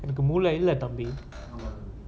எனக்கு மூளை இல்ல தம்பி:enaku moolai illa thambi